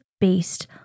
based